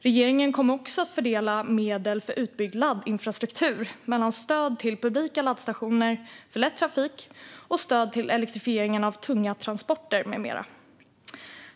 Regeringen kommer också att fördela medel för utbyggd laddinfrastruktur mellan stöd till publika laddstationer för lätt trafik och stöd till elektrifieringen av tunga transporter med mera.